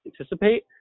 anticipate